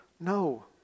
No